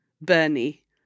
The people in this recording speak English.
Bernie